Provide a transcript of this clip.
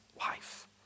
life